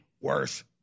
worse